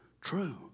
true